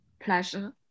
pleasure